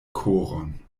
koron